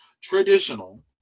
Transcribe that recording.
traditional